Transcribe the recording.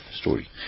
story